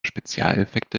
spezialeffekte